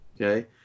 Okay